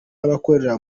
abakorera